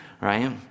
right